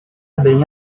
bem